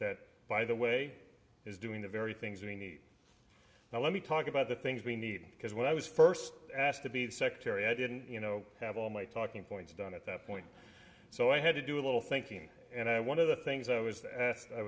that by the way is doing the very things we need now let me talk about the things we need because when i was first asked to be the secretary i didn't you know have all my talking points done at that point so i had to do a little thinking and one of the things i was